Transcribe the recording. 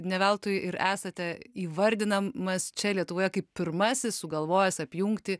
ne veltui ir esate įvardinamas čia lietuvoje kaip pirmasis sugalvojęs apjungti